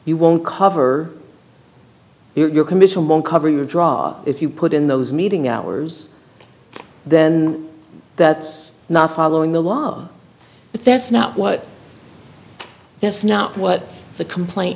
you won't cover your commission won't cover your drop if you put in those meeting hours then that's not following the law but that's not what that's not what the complaint